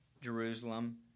Jerusalem